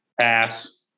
Pass